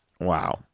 wow